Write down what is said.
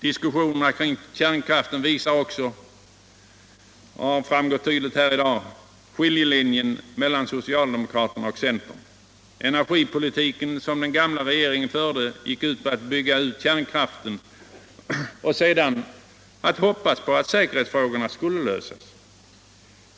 Diskussionerna kring kärnkraften visar också — det har tydligt framgått här i dag — skiljelinjen mellan socialdemokraterna och centern. Energipolitiken som den gamla regeringen förde gick ut på att bygga ut kärnkraften och sedan hoppas på att säkerhclsfrågdrna skulle lösas.